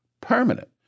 permanent